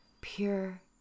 pure